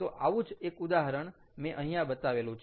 તો આવું જ એક ઉદાહરણ મેં અહીંયા બતાવેલું છે